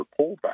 pullback